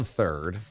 third